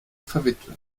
verwitwet